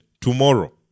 tomorrow